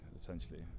essentially